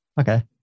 okay